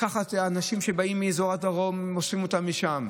לקחת אנשים שבאים מאזור הדרום, אוספים אותם משם.